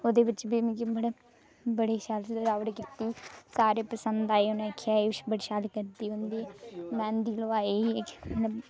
ओहदे बिच बी मिगी बडी शैल सजाबट कीती सारे पसंद आए उनें आखेआ बड़ी शैल करदी होंदी में